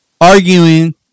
arguing